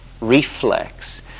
reflex